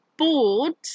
Boards